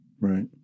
Right